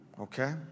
okay